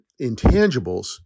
intangibles